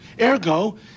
Ergo